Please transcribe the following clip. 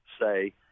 say